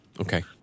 Okay